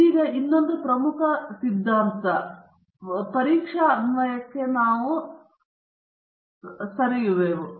ಇದೀಗ ಇನ್ನೊಂದು ಪ್ರಮುಖ ಸಿದ್ಧಾಂತ ಪರೀಕ್ಷೆ ಅನ್ವಯಕ್ಕೆ ನಾವು ಸರಿಯುವೆವು